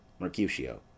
Mercutio